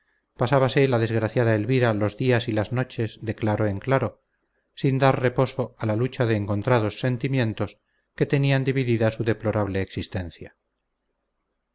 posibles pasábase la desgraciada elvira los días y las noches de claro en claro sin dar reposo a la lucha de encontrados sentimientos que tenían dividida su deplorable existencia